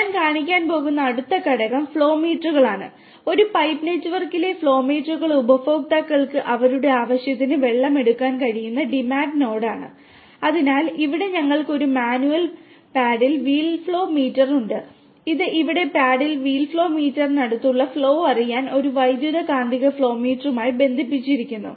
അതിനാൽ ഞാൻ കാണിക്കാൻ പോകുന്ന അടുത്ത ഘടകം ഫ്ലോ മീറ്ററുകളാണ് ഉണ്ട് അത് ഇവിടെ പാഡിൽ വീൽ ഫ്ലോ മീറ്ററിലൂടെയുള്ള ഫ്ലോ അറിയാൻ ഒരു വൈദ്യുതകാന്തിക ഫ്ലോ മീറ്ററുമായി ബന്ധിപ്പിച്ചിരിക്കുന്നു